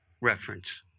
reference